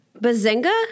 Bazinga